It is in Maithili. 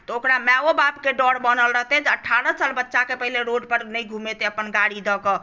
तऽ ओकरा मायो बापकेँ डर बनल रहतै जे अठारह साल बच्चाकेँ पहिले रोड पर नहि घुमेतै अपन गाड़ी दऽकऽ